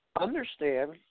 Understand